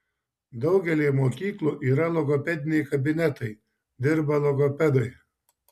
daugelyje mokyklų yra logopediniai kabinetai dirba logopedai